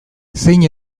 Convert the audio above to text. zein